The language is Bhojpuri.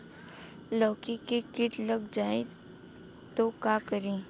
लौकी मे किट लग जाए तो का करी?